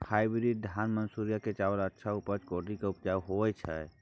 Hybrid धान मानसुरी के चावल अच्छा उच्च कोटि के उपजा होय छै?